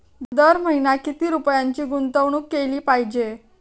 दर महिना किती रुपयांची गुंतवणूक केली पाहिजे?